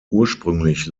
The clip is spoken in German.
ursprünglich